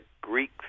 Greek